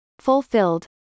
fulfilled